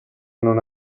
non